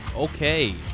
Okay